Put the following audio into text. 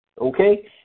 okay